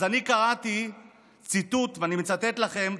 אז אני קראתי ציטוט ואני מצטט לכם,